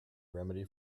remedy